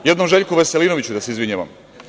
Jednom Željku Veselinoviću da se izvinjavam?